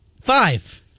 Five